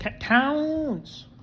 Towns